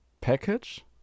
package